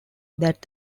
that